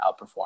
outperform